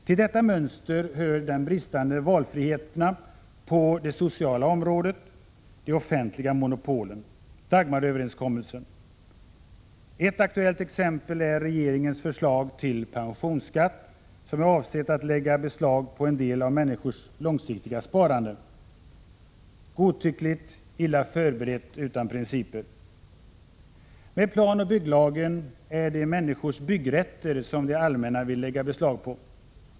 Till detta mönster hör bristen på valfrihet på det sociala området, de offentliga monopolen, Dagmaröverenskommelsen. Ett aktuellt exempel är regeringens förslag till pensionsskatt, vilket är avsett att lägga beslag på en del av människors långsiktiga sparande. Godtyckligt, illa förberett, utan principer! Med planoch bygglagen är det människors byggrätter som det allmänna vill lägga beslag på.